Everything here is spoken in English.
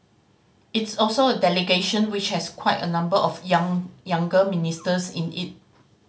it's also a delegation which has quite a number of young younger ministers in it